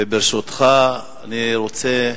וברשותך, אני רוצה,